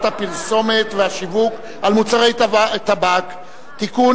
הפרסומת והשיווק של מוצרי טבק (תיקון,